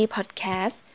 Podcast